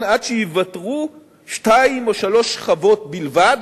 עומקן, עד שייוותרו שתיים או שלוש שכבות בלבד,